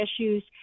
issues